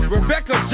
Rebecca